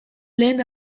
lehen